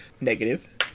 negative